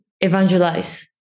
evangelize